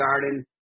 Garden